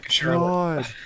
God